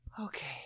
Okay